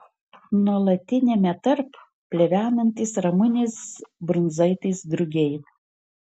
nuolatiniame tarp plevenantys ramunės brundzaitės drugiai